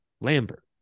Lambert